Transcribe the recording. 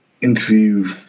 interview